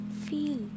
Feel